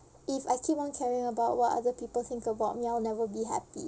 if I keep on caring about what other people think about me I'll never be happy